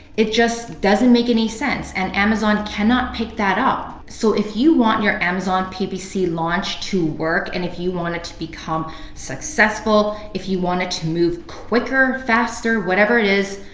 it just doesn't make any sense and amazon cannot pick that up. so if you want your amazon ppc launch to work and if you want it to become successful, if you want it to move quicker, faster, whatever it is,